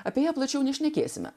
apėjo plačiau nešnekėsime